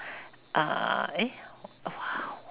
uh eh